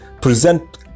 present